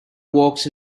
walks